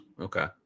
Okay